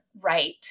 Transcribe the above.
right